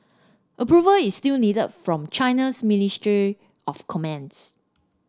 approval is still needed from China's ministry of commerce